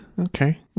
okay